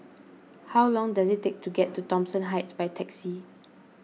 how long does it take to get to Thomson Heights by taxi